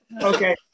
okay